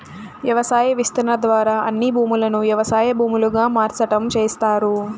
వ్యవసాయ విస్తరణ ద్వారా అన్ని భూములను వ్యవసాయ భూములుగా మార్సటం చేస్తారు